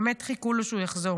באמת חיכו לו שהוא יחזור.